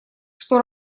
что